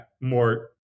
more